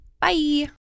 Bye